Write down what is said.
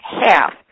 half